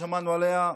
ששמענו עליה,